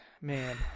man